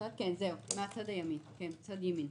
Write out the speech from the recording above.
בצד ימין.